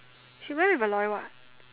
she went with Aloy what